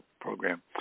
program